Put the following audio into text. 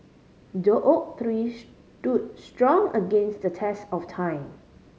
the oak tree stood strong against the test of time